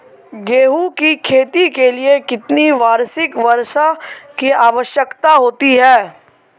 गेहूँ की खेती के लिए कितनी वार्षिक वर्षा की आवश्यकता होती है?